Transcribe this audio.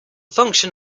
function